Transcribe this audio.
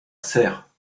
serres